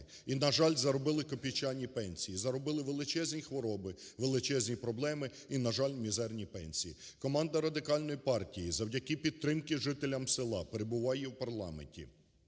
і, на жаль, заробили копійчані пенсії, заробили величезні хвороби, величезні проблеми, і, на жаль, мізерні пенсії. Команда Радикальної партії завдяки підтримці жителям села перебуває в парламенті,